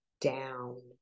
down